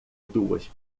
duas